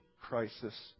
crisis